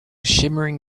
shimmering